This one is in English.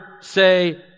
say